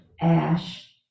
ash